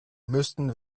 müssten